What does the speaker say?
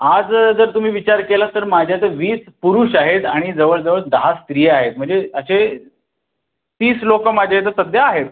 आज जर तुम्ही विचार केलात तर माझ्या इथं वीस पुरुष आहेत आणि जवळ जवळ दहा स्त्रिया आहेत म्हणजे असे तीस लोकं माझ्या इथं सध्या आहेत